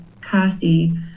kasi